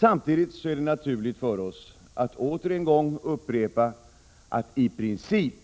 Det är samtidigt naturligt för oss att än en gång upprepa att all högskoleutbildning i princip